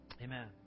Amen